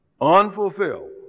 Unfulfilled